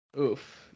Oof